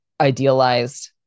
idealized